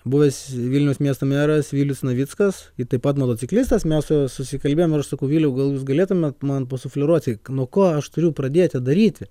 buvęs vilniaus miesto meras vilius navickas taip pat motociklistas mes su juo susikalbėjom ir aš sakau viliau gal jūs galėtumėt man pasufleruoti nuo ko aš turiu pradėti daryti